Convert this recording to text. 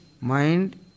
mind